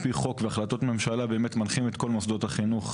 בהחלטת ממשלה, אנחנו מנחים את כל מוסדות החינוך,